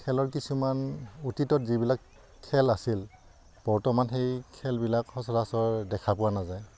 খেলৰ কিছুমান অতীতত যিবিলাক খেল আছিল বৰ্তমান সেই খেলবিলাক সচৰাচৰ দেখা পোৱা নাযায়